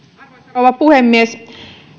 rouva puhemies